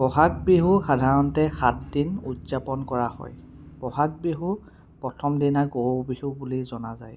বহাগ বিহু সাধাৰণতে সাতদিন উদযাপন কৰা হয় বহাগ বিহু প্ৰথম দিনা গৰু বিহু বুলি জনা যায়